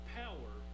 power